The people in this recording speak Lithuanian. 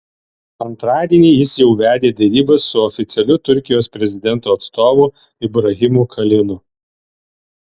antradienį jis jau vedė derybas su oficialiu turkijos prezidento atstovu ibrahimu kalinu